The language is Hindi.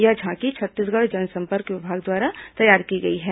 यह झांकी छत्तीसगढ़ जनसंपर्क विभाग द्वारा तैयार की गई है